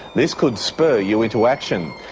this could spur you into action,